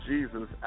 Jesus